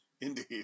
Indeed